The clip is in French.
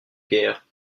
guerre